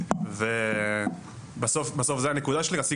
זאת הנקודה שרציתי להביא.